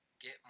get